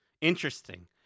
Interesting